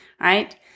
right